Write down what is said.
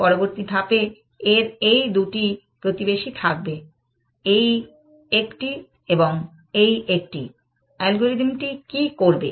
পরবর্তী ধাপে এর এই দুটি প্রতিবেশী থাকবে এই একটি এবং এই একটি অ্যালগরিদম টি কি করবে